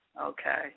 okay